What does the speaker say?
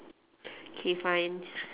okay fine